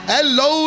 Hello